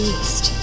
East